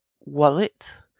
wallet